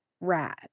rad